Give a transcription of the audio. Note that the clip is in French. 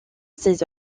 ses